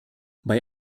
bei